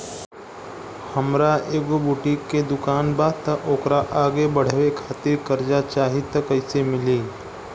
हमार एगो बुटीक के दुकानबा त ओकरा आगे बढ़वे खातिर कर्जा चाहि त कइसे मिली?